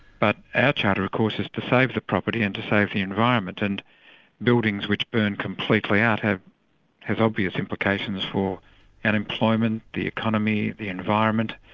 but our charter of course is to save the property and to save the environment, and buildings which burn completely out have have obvious implications for unemployment, the economy, the environment,